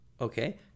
Okay